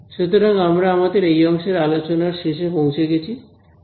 সুতরাং আমরা আমাদের এই অংশের আলোচনার শেষে পৌঁছে গেছি